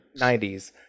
90s